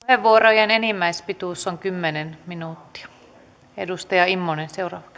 puheenvuorojen enimmäispituus on kymmenen minuuttia edustaja immonen seuraavaksi